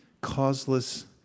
causeless